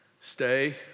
Stay